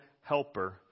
helper